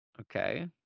Okay